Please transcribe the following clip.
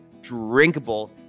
drinkable